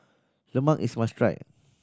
lemang is must try